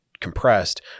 Compressed